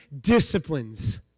disciplines